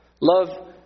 Love